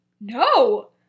No